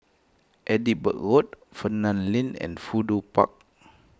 Edinburgh Road Fernvale Link and Fudu Park